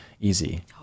easy